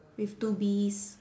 with two bees